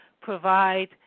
provide